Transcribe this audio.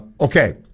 Okay